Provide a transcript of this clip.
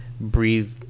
breathe